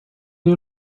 you